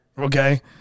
Okay